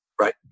Right